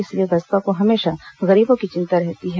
इसलिए बसपा को हमेशा गरीबों की चिंता रहती है